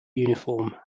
uniform